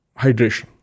hydration